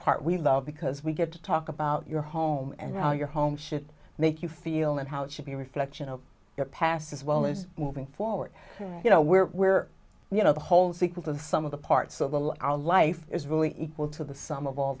part we love because we get to talk about your home and your home should make you feel and how it should be a reflection of your past as well as moving forward you know we're you know the whole sequence of some of the parts of the law our life is really equal to the sum of all